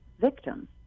victims